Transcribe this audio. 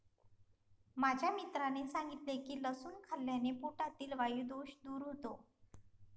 माझ्या मित्राने सांगितले की लसूण खाल्ल्याने पोटातील वायु दोष दूर होतो